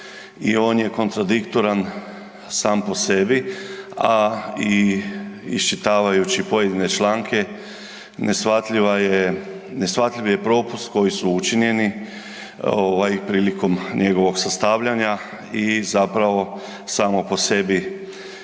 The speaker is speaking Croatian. i on je kontradiktoran sam po sebi, a i iščitavajući pojedine članke neshvatljiva je, neshvatljiv je propust koji su učinjeni prilikom njegovog sastavljanja i zapravo samo po sebi